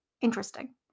interesting